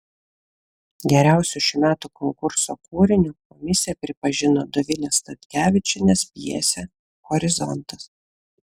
geriausiu šių metų konkurso kūriniu komisija pripažino dovilės statkevičienės pjesę horizontas